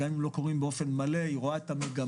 גם אם לא קורים באופן מלא, היא רואה את המגמות,